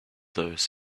those